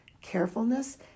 carefulness